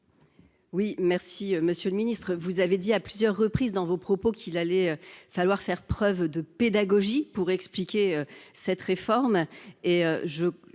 réplique. Monsieur le ministre, vous avez dit à plusieurs reprises qu'il allait falloir faire preuve de pédagogie pour expliquer cette réforme.